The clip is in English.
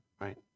right